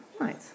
Right